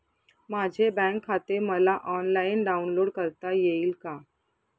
माझे बँक खाते मला ऑनलाईन डाउनलोड करता येईल का?